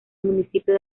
municipio